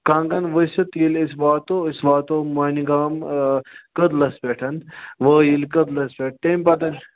کَنگَن ؤسِتھ ییٚلہِ أسۍ واتو أسۍ واتو مَنہِ گام کٔدلَس پٮ۪ٹھ وٲیِل کٔدلَس پٮ۪ٹھ تَمہِ پَتن